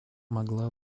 могла